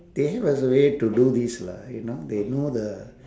they have a way to do this lah you know they know the